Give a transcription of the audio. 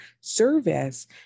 service